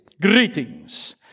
Greetings